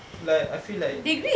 like I feel like